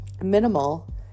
minimal